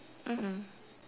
mmhmm